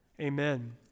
Amen